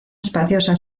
espaciosa